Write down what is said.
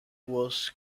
was